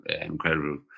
incredible